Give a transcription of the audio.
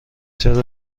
چرا